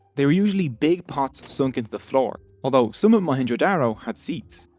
they were usually big pots sunk into the floor. although some at mohenjo-daro, had seats.